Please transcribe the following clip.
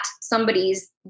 somebody's